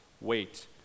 Wait